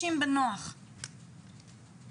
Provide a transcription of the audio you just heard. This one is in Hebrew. צוהריים טובים לכולם.